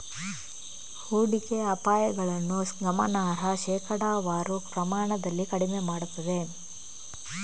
ಹೂಡಿಕೆ ಅಪಾಯಗಳನ್ನು ಗಮನಾರ್ಹ ಶೇಕಡಾವಾರು ಪ್ರಮಾಣದಲ್ಲಿ ಕಡಿಮೆ ಮಾಡುತ್ತದೆ